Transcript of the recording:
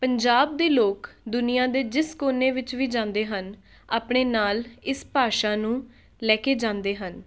ਪੰਜਾਬ ਦੇ ਲੋਕ ਦੁਨੀਆਂ ਦੇ ਜਿਸ ਕੋਨੇ ਵਿੱਚ ਵੀ ਜਾਂਦੇ ਹਨ ਆਪਣੇ ਨਾਲ ਇਸ ਭਾਸ਼ਾ ਨੂੰ ਲੈ ਕੇ ਜਾਂਦੇ ਹਨ